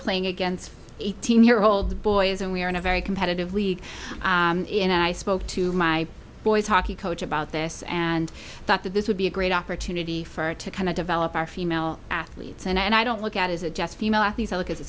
playing against eighteen year old boys and we're in a very competitive league and i spoke to my boys hockey coach about this and thought that this would be a great opportunity for to kind of develop our female athletes and i don't look at as a just female athletes i look at the